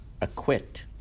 acquit